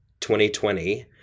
2020